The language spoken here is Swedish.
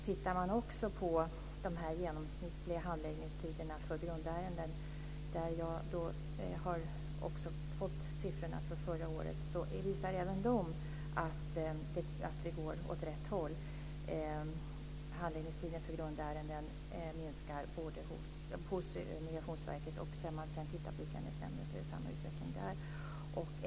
Tittar man också på de genomsnittliga handläggningstiderna för grundärenden, där jag har fått siffrorna från förra året, visar även de att vi går åt rätt håll. Handläggningstiden för grundärenden minskar hos Migrationsverket. Tittar man sedan på Utlänningsnämnden är det samma utveckling där.